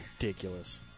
Ridiculous